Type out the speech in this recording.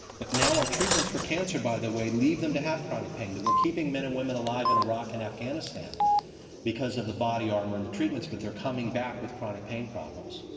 but now our treatments for cancer, by the way, lead them to have chronic pain. that we're keeping men and women alive in iraq and afghanistan because of the body armor and the treatments, but they're coming back with chronic pain problems.